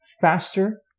faster